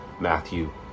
Matthew